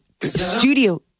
studio